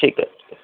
ঠিক আছে